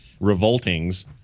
revoltings